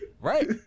Right